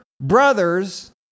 brothers